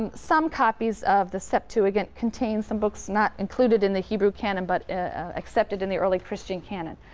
and some copies of the septuagint contain some books not included in the hebrew canon but ah accepted in the early christian canon.